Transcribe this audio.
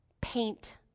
paint